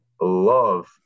love